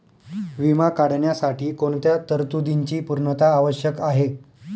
विमा काढण्यासाठी कोणत्या तरतूदींची पूर्णता आवश्यक आहे?